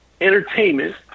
entertainment